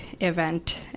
event